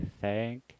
thank